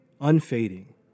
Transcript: unfading